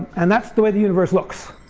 and that's the way the universe looks.